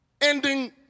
ending